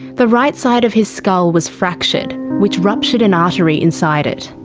the right side of his skull was fractured, which ruptured an artery inside it.